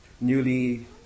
newly